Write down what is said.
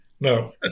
No